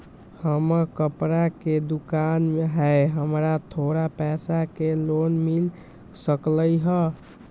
हमर कपड़ा के दुकान है हमरा थोड़ा पैसा के लोन मिल सकलई ह?